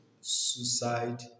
suicide